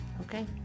Okay